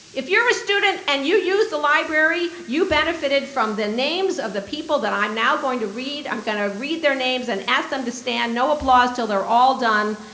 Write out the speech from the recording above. if you're a student and you used the library, you benefited from the names of the people that i'm now going to read. i'm going to read their names and ask them to stand. no applause until they're all done,